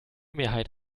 mehrheit